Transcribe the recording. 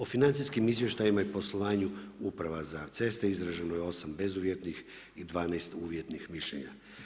O financijskim izvještajima i poslovanju Uprava za ceste izraženo je 8 bezuvjetnih i 12 uvjetnih mišljenja.